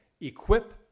Equip